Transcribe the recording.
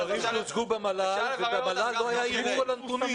אלה נתונים שהוצגו במל"ג ובמל"ל לא היה ערעור עליהם.